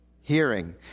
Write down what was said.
hearing